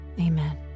amen